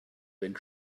when